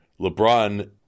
lebron